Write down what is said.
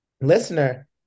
listener